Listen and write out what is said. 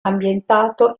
ambientato